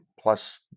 plus